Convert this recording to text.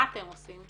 מה אתם עושים?